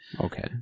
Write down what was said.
Okay